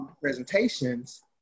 presentations